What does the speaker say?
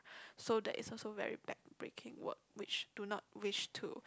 so that is also very bad breaking work which don't wish to